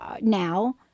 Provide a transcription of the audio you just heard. now